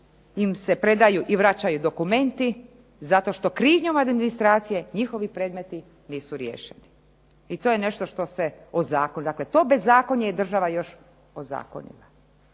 im se predaju i vraćaju dokumenti zato što krivnjom administracije njihovi predmeti nisu riješeni. I to je nešto što se .../Govornica se ne razumije./..., dakle to bezakonje je država još ozakonila.